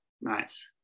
Nice